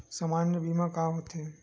सामान्य बीमा का होथे?